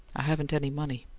i haven't any money.